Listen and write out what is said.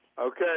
Okay